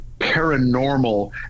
paranormal